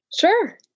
Sure